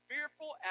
fearful